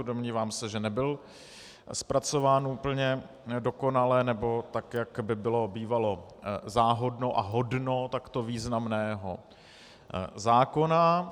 Domnívám se, že nebyl zpracován úplně dokonale, nebo tak, jak by bylo bývalo záhodno a hodno takto významného zákona.